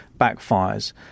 backfires